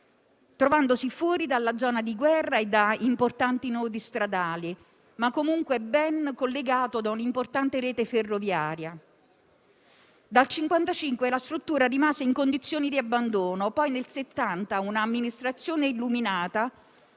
trovandosi fuori dalla zona di guerra e da importanti nodi stradali, ma comunque ben collegato da un'importante rete ferroviaria. Dal 1955 la struttura rimase in condizioni di abbandono, poi nel 1970 un'amministrazione illuminata